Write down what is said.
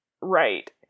right